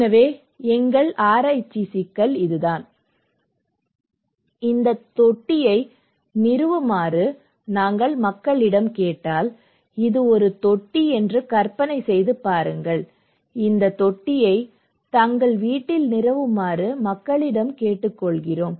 எனவே எங்கள் ஆராய்ச்சி சிக்கல் இந்த தொட்டியை நிறுவுமாறு நாங்கள் மக்களிடம் கேட்டால் இது ஒரு தொட்டி என்று கற்பனை செய்து பாருங்கள் இந்த தொட்டியை தங்கள் வீட்டில் நிறுவுமாறு மக்களிடம் கேட்டுக்கொள்கிறோம்